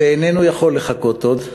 שאיננו יכול לחכות עוד,